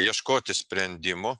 ieškoti sprendimų